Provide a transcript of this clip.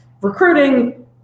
recruiting